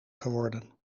geworden